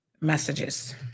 messages